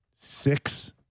six